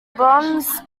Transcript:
bronze